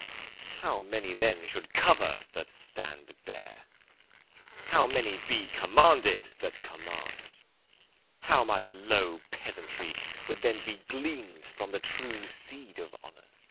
how many then should cover that stand bare how many be commanded that command how much low peasantry would then be glean'd from the true seed of honour